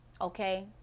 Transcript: Okay